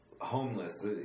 homeless